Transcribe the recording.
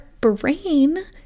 brain